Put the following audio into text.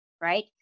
right